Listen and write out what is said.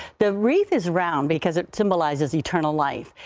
the wreath is round because it symbolizes eternal life.